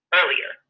earlier